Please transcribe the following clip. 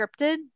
scripted